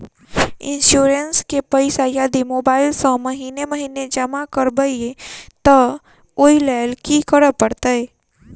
Insurance केँ पैसा यदि मोबाइल सँ महीने महीने जमा करबैई तऽ ओई लैल की करऽ परतै?